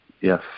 Yes